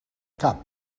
cap